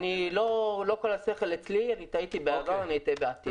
לא כל השכל אצלי, טעיתי בעבר ואני אטעה בעתיד.